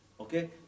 Okay